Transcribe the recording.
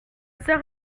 sœur